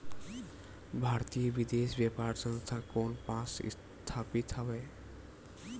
भारतीय विदेश व्यापार संस्था कोन पास स्थापित हवएं?